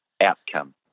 outcome